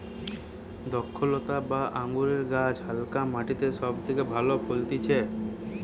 দ্রক্ষলতা বা আঙুরের গাছ হালকা মাটিতে সব থেকে ভালো ফলতিছে